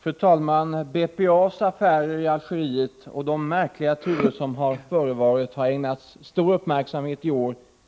Fru talman! BPA:s affärer i Algeriet och de märkliga turer som förevarit har ägnats stor uppmärksamhet